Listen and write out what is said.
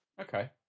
Okay